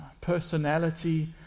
personality